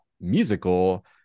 musical